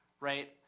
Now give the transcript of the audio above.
right